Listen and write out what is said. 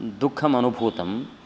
दुःखम् अनुभूतम्